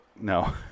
No